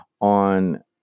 on